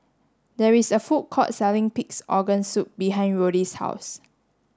there is a food court selling pig's organ soup behind Roddy's house